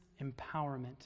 empowerment